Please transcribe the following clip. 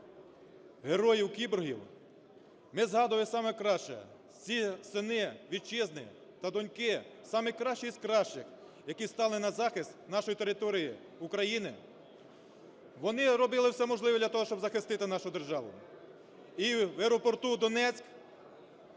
героїв-кіборгів ми згадуємо саме краще, ці сини Вітчизни та доньки – самі кращі із кращих, які стали на захист нашої території України, вони робили все можливе для того, щоб захисти нашу державу. І в аеропорту "Донецьк"